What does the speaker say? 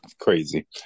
Crazy